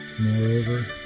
Moreover